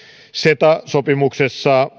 ceta sopimuksessa